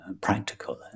practical